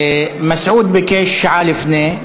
מסעוד ביקש שעה לפני,